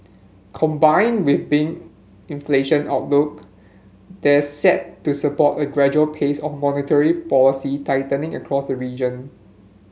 combined with been inflation outlook that's set to support a gradual pace of monetary policy tightening across the region